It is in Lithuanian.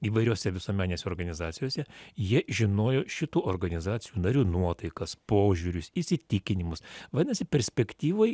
įvairiose visuomenėse organizacijose jie žinojo šitų organizacijų narių nuotaikas požiūrius įsitikinimus vadinasi perspektyvoj